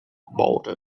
bolted